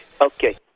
Okay